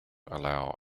allow